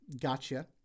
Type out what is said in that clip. Gotcha